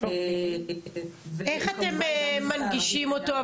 איך אתם מנגישים אותו?